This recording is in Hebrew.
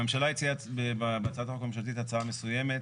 הממשלה הציעה בהצעה הממשלתית הצעה מסוימת.